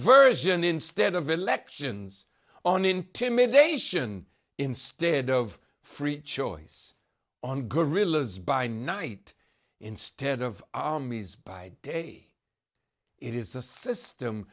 subversion instead of elections on intimidation instead of free choice on guerillas by night instead of by day it is a system